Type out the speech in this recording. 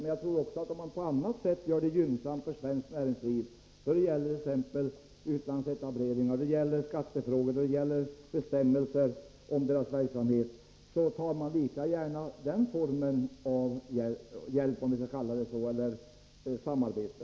Men jag tror att om vi gör förhållandena gynnsamma för svenskt näringsliv då det gäller utlandsetablering, skattefrågor och olika bestämmelser om näringslivets verksamhet, så tar näringslivet lika gärna emot den formen av hjälp, om vi nu skall kalla det så, eller om vi i stället skall säga samarbete.